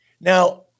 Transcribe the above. Now